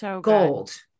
gold